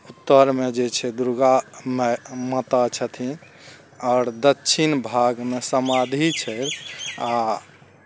उत्तरमे जे छै दुर्गा माय माता छथिन आओर दक्षिण भागमे समाधि छै आ